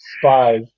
spies